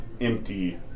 empty